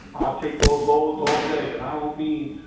i'll take those loads all day. and i don't mean,